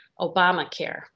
Obamacare